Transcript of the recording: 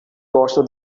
gosto